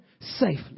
safely